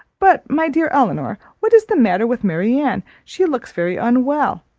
but, my dear elinor, what is the matter with marianne she looks very unwell,